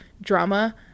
drama